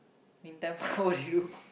mean time what you do